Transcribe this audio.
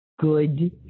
good